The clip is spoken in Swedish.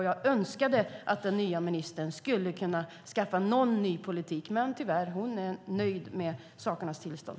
Jag önskade att den nya ministern skulle kunna skaffa en ny politik, men tyvärr är hon nöjd med sakernas tillstånd.